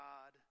God